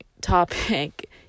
topic